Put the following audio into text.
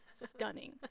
stunning